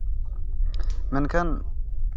ᱢᱮᱱᱠᱷᱟᱱ